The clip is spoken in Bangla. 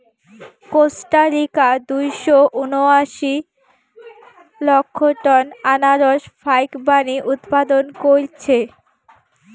কোস্টারিকা দুইশো উনাশি লক্ষ টন আনারস ফাইকবানী উৎপাদন কইরছে